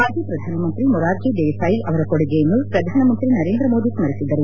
ಮಾಜಿ ಪ್ರಧಾನಮಂತ್ರಿ ಮೊರಾರ್ಜಿ ದೇಸಾಯಿ ಅವರ ಕೊಡುಗೆಯನ್ನು ಪ್ರಧಾನಮಂತ್ರಿ ನರೇಂದ್ರ ಮೋದಿ ಸ್ಕರಿಸಿದರು